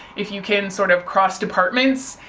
if you can sort of cross departments,